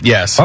Yes